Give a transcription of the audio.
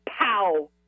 pow